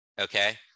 Okay